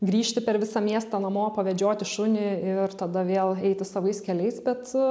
grįžti per visą miestą namo pavedžioti šunį ir tada vėl eiti savais keliais bet